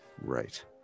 Right